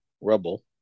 Rubble